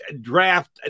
draft